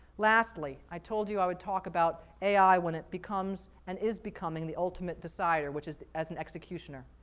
lastly, i told you i would talk about ai when it becomes and is becoming the ultimate decider which is as an executioner.